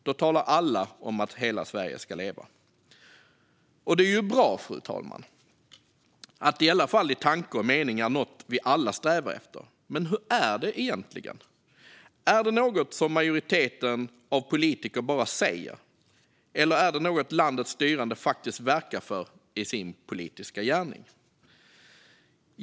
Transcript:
Då talar alla om att hela Sverige ska leva. Det är ju bra, fru talman, att det i alla fall i tanke och mening är något vi alla strävar efter. Men hur är det egentligen? Är det något majoriteten av politiker bara säger, eller är det något landets styrande faktiskt verkar för i sin politiska gärning?